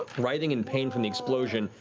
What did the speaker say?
writhing in pain from the explosion.